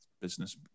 business